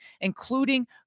including